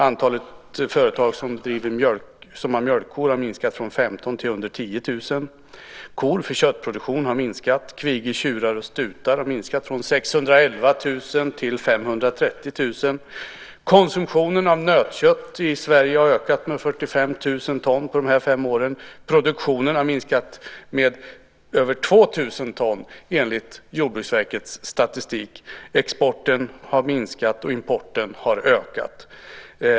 Antalet företag som har mjölkkor har minskat från 15 000 till under 10 000. Kor för köttproduktion, kvigor, tjurar och stutar har minskat från 611 000 till 530 000. Konsumtionen av nötkött i Sverige har ökat med 45 000 ton på de här fem åren. Produktionen har minskat med över 2 000 ton enligt Jordbruksverkets statistik. Exporten har minskat och importen har ökat.